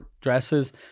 dresses